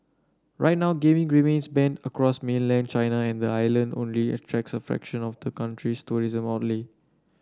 right now gaming remains banned across mainland China and the island only attracts a fraction of the country's tourism outlay